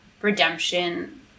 redemption